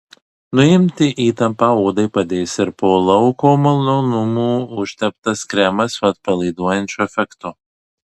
nuimti įtampą odai padės ir po lauko malonumų užteptas kremas su atpalaiduojančiu efektu